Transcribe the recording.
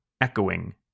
echoing